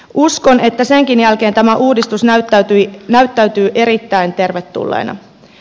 uskon että senkin jälkeen tämä uudistus näyttäytyy erittäin tervetulleena